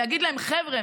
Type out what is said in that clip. להגיד להם: חבר'ה,